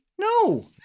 No